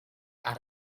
out